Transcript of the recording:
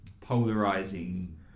polarizing